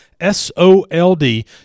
S-O-L-D